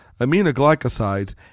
aminoglycosides